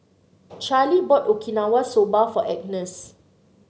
Charley bought Okinawa Soba for Agness